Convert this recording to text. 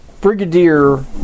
brigadier